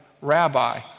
rabbi